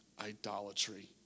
idolatry